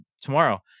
tomorrow